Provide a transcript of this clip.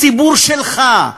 הציבור שלך,